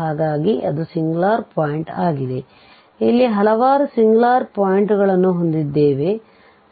ಹಾಗಾಗಿ ಅದು singular point ಆಗಿದೆ ಇಲ್ಲಿ ಹಲವಾರು ಸಿಂಗುಲಾರ್ ಪಾಯಿಂಟ್ ಗಳನ್ನು ಹೊಂದಿದ್ದೇವೆ